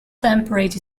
temperate